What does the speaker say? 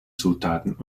zutaten